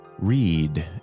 Read